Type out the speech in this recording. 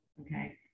okay